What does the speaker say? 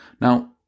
Now